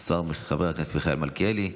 השר וחבר הכנסת מיכאל מלכיאלי,